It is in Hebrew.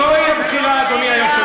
מה שנהיה מכם, זאת הבחירה, אדוני היושב-ראש.